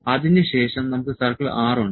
അതിനുശേഷം നമുക്ക് സർക്കിൾ 6 ഉണ്ട്